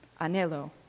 anelo